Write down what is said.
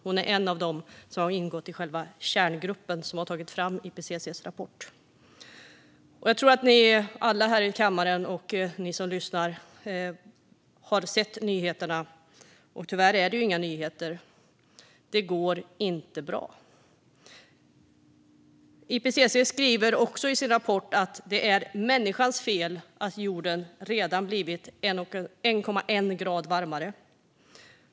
Hon är en av dem som har ingått i själva kärngruppen, som har tagit fram IPCC:s rapport. Jag tror att ni alla här i kammaren och ni som lyssnar har sett nyheterna, och tyvärr är det inga nyheter. Det går inte bra. IPCC skriver i sin rapport att det är människans fel att jorden redan blivit 1,1 grader varmare.